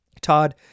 Todd